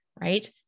Right